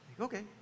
Okay